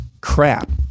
crap